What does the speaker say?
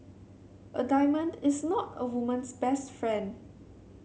a diamond is not a woman's best friend